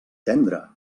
tendre